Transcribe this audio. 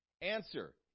Answer